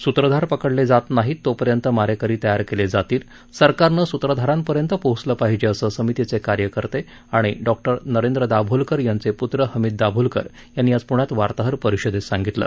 स्त्रधार पकडले जात नाहीत तोपर्यंत मारेकरी तयार केले जातील सरकारनं स्त्रधारांपर्यंत पोहोचलं पाहिजे असं समितीचे कार्यकर्ते आणि डॉक्टर नरेंद्र दाभोळकर यांचे प्त्र हमीद दाभोलकर यांनी आज प्ण्यात वार्ताहर परिषदेत सांगितलं